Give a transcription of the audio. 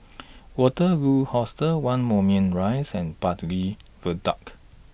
Waterloo Hostel one Moulmein Rise and Bartley Viaduct